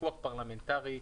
פיקוח פרלמנטרי,